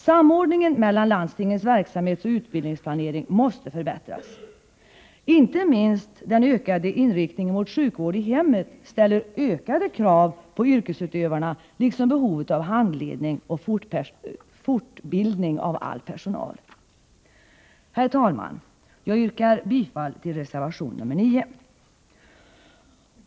Samordningen mellan landstingens verksamhetsoch utbildningsplanering måste förbättras. Inte minst den ökade inriktningen mot sjukvård i hemmet ställer ökade krav på yrkesutövarna, liksom behovet av handledning och fortbildning av all personal. Herr talman! Jag yrkar bifall till reservation nr 9.